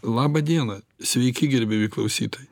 laba diena sveiki gerbiami klausytojai